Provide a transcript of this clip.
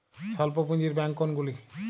স্বল্প পুজিঁর ব্যাঙ্ক কোনগুলি?